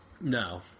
No